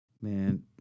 Man